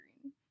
Green